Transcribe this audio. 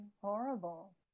horrible